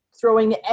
throwing